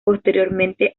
posteriormente